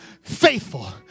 faithful